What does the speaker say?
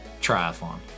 Triathlon